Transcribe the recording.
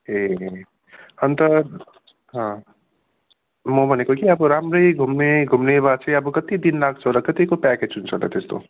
ए अन्त म भनेको कि अब राम्रै घुम्ने घुम्ने भए चाहिँ अब कति दिन लाग्छ होला कतिको प्याकेज हुन्छ होला त्यस्तो